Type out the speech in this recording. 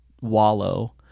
wallow